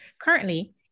Currently